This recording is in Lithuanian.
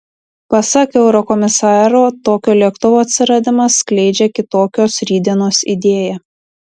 pasak eurokomisaro tokio lėktuvo atsiradimas skleidžia kitokios rytdienos idėją